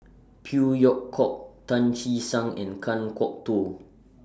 Phey Yew Kok Tan Che Sang and Kan Kwok Toh